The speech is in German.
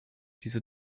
diese